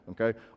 okay